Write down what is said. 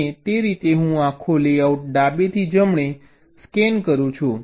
અને તે રીતે હું આખો લેઆઉટ ડાબેથી જમણે સ્કેન કરું છું